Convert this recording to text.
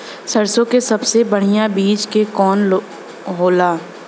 सरसों क सबसे बढ़िया बिज के कवन होला?